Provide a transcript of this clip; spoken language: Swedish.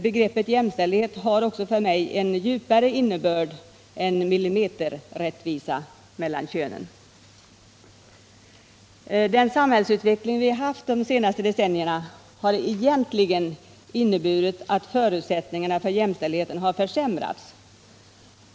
Begreppet jämställdhet har för mig också en djupare innebörd än millimeterrättvisa mellan könen. Den samhällsutveckling som vi haft de senaste decennierna har egentligen inneburit att förutsättningarna för jämställdheten har försämrats.